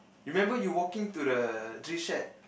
remember you walking to the tree shed